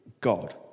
God